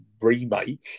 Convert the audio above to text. remake